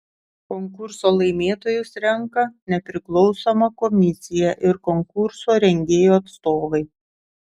konkurso laimėtojus renka nepriklausoma komisija ir konkurso rengėjų atstovai